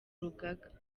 rugaga